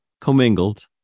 commingled